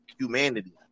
humanity